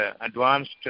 advanced